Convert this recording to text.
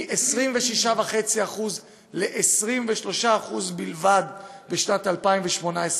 מ-26.5% ל-23% בלבד בשנת 2018,